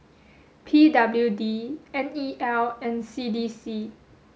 P W D N E L and C D C